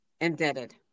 indebted